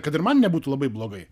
kad ir man nebūtų labai blogai